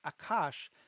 Akash